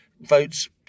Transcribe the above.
votes